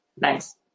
Thanks